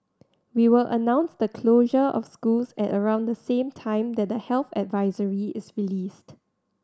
we will announce the closure of schools at around the same time that the health advisory is released